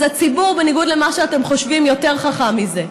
אז הציבור, בניגוד למה שאתם חושבים, יותר חכם מזה.